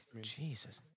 Jesus